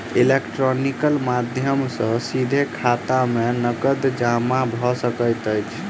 electronical माध्यम सॅ सीधे खाता में नकद जमा भ सकैत अछि